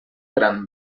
gran